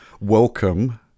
welcome